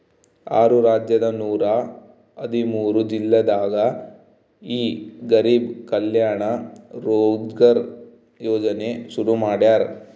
ಆರು ರಾಜ್ಯದ ನೂರ ಹದಿಮೂರು ಜಿಲ್ಲೆದಾಗ ಈ ಗರಿಬ್ ಕಲ್ಯಾಣ ರೋಜ್ಗರ್ ಯೋಜನೆ ಶುರು ಮಾಡ್ಯಾರ್